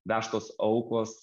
vežtos aukos